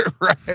right